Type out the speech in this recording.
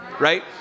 right